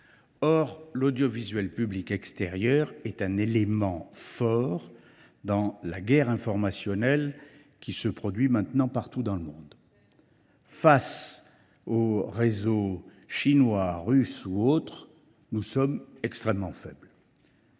Or l’audiovisuel public extérieur est un élément fort dans la guerre informationnelle qui se déroule maintenant partout dans le monde. Face aux réseaux chinois, russes ou autres, nous sommes extrêmement faibles.